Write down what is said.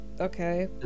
okay